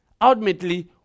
ultimately